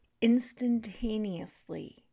instantaneously